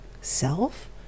self